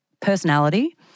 personality